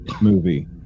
movie